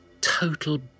total